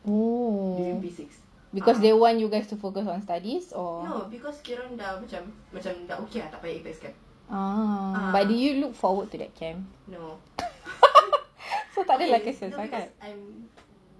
oh because they want you guys to focus on studies or ah but did you look forward to that camp so tak ada lah kesah sangat